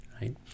right